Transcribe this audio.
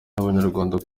n’abanyarwanda